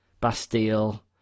Bastille